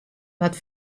wat